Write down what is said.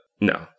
no